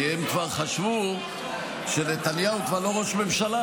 כי הם חשבו שנתניהו כבר לא ראש ממשלה,